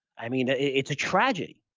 i mean, it's a tragedy,